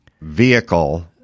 vehicle